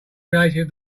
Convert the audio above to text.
creative